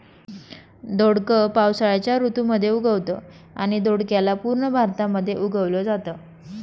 दोडक पावसाळ्याच्या ऋतू मध्ये उगवतं आणि दोडक्याला पूर्ण भारतामध्ये उगवल जाता